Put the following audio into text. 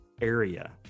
area